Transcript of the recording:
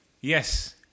Yes